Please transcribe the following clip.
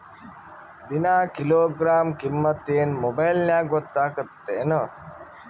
ದಿನಾ ಕಿಲೋಗ್ರಾಂ ಕಿಮ್ಮತ್ ಏನ್ ಮೊಬೈಲ್ ನ್ಯಾಗ ಗೊತ್ತಾಗತ್ತದೇನು?